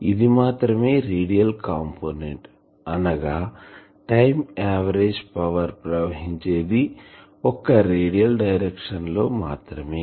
ఇది మాత్రమే radial component అనగా టైంఆవరేజ్ పవర్ ప్రవహించేది ఒక్క రేడియల్ డైరెక్షన్ లో మాత్రేమే